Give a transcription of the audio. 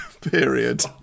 period